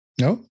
No